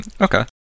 Okay